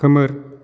खोमोर